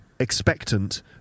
expectant